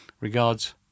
Regards